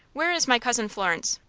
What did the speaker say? where is my cousin florence?